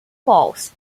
falls